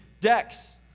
decks